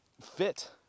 fit